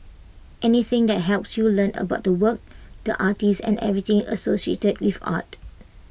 anything that helps you learn about the work the artist and everything associated with art